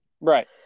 Right